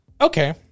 Okay